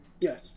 Yes